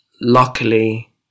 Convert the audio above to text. luckily